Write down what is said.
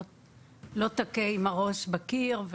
לא תכה עם הראש בקיר.